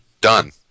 done